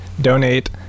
donate